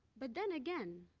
but then again,